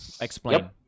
Explain